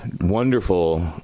wonderful